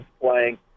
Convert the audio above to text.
playing